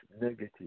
negative